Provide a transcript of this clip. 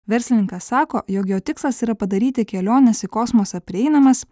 verslininkas sako jog jo tikslas yra padaryti keliones į kosmosą prieinamas